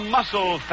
Muscle